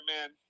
man